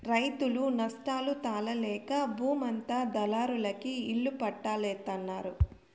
రైతులు నష్టాలు తాళలేక బూమంతా దళారులకి ఇళ్ళ పట్టాల్జేత్తన్నారు